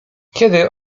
kiedy